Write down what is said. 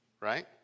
right